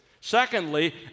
Secondly